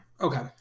Okay